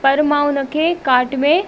पर मां उन खे काट में